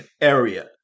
area